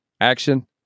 Action